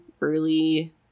early